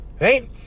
Right